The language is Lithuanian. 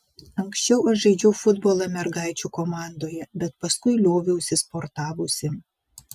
anksčiau aš žaidžiau futbolą mergaičių komandoje bet paskui lioviausi sportavusi